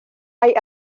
hay